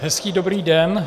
Hezký dobrý den.